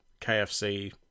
KFC